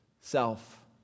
self